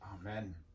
Amen